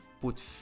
put